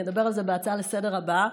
אני אדבר על זה בהצעה לסדר-היום הבאה.